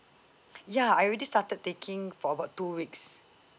ya I already started taking for about two weeks